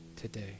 today